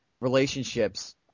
relationships